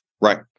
Right